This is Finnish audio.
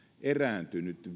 erääntynyttä